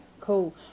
Cool